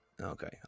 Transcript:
Okay